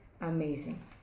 amazing